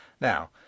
now